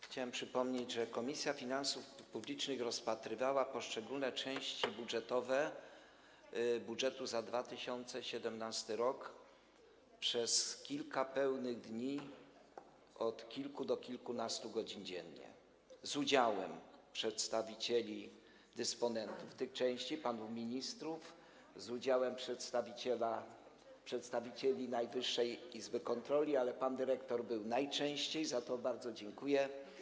Chciałem przypomnieć, że Komisja Finansów Publicznych rozpatrywała poszczególne części budżetu na 2017 r. przez kilka pełnych dni, od kilku do kilkunastu godzin dziennie, z udziałem przedstawicieli dysponentów tych części, panów ministrów, i z udziałem przedstawicieli Najwyższej Izby Kontroli; pan dyrektor był najczęściej, za co bardzo dziękuję.